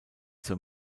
zur